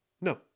No